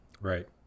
right